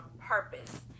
purpose